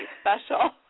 special